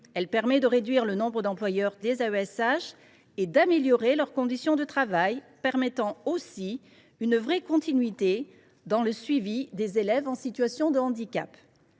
Elle permet de réduire le nombre d’employeurs des AESH et d’améliorer leurs conditions de travail, permettant aussi une vraie continuité dans le suivi des élèves en situation de handicap.